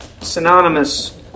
synonymous